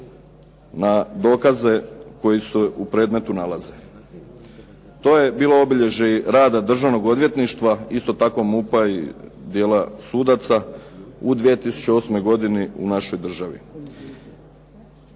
na dokaze koji se u predmetu nalaze. To je bilo obilježje rada Državnog odvjetništva, isto tako MUP-a i dijela sudaca u 2008. godini u našoj državi.